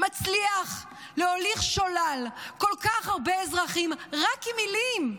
מצליח להוליך שולל כל כך הרבה אזרחים רק עם מילים.